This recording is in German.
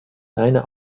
deine